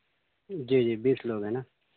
جی جی بیس لوگ ہیں نا